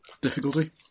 Difficulty